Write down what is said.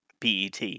PET